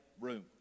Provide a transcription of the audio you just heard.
room